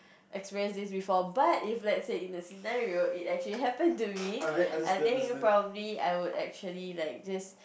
experience this before but if let's say in a scenario it actually happen to me I think probably I would actually like just